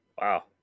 Wow